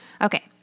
Okay